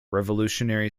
revolutionary